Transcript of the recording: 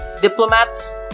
diplomats